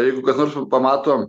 jeigu kas nors pamato